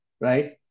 right